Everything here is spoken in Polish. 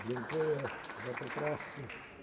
Dziękuję za poprawki.